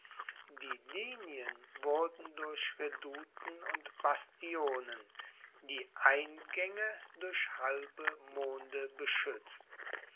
die linien wurden durch redouten und bastionen die eingänge durch halbe monde beschützt